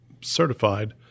certified